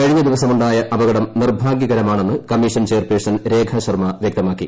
കഴിഞ്ഞ ദിവസമുണ്ടായ അപകടം നിർഭാഗ്യകരമാണെന്ന് കമ്മീഷൻ ചെയർപേഴ്സൺ രേഖ ശർമ്മ വ്യക്തമാക്കി